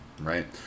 Right